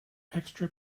extra